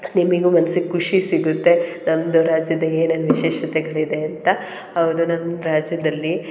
ನಿಮಗೂ ಮನ್ಸಿಗೆ ಖುಷಿ ಸಿಗುತ್ತೆ ನಮ್ಮದು ರಾಜ್ಯದ ಏನೇನು ವಿಶೇಷತೆಗಳು ಇದೆ ಅಂತ ಹೌದು ನಮ್ಮ ರಾಜ್ಯದಲ್ಲಿ